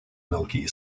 milky